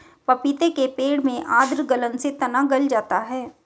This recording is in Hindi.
पपीते के पेड़ में आद्र गलन से तना गल जाता है